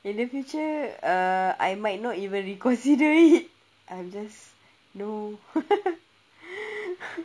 in the future uh I might not even reconsider it I'm just no